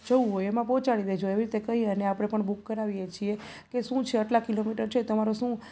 જવું હોય એમાં પહોંચાડી દેજો એવી રીતે કહી અને આપણે પણ બુક કરાવીએ છીએ કે શું છે આટલા કિલોમીટર છે તમારો શું